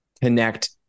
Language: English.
connect